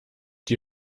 die